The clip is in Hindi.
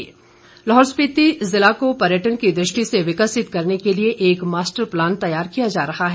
मारकंडा लाहौल स्पिति जिला को पर्यटन की दृष्टि से विकसित करने के लिए एक मास्टर प्लान तैयार किया जा रहा है